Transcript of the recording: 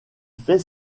fait